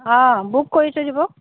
অঁ বুক কৰি থৈ দিব